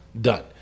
done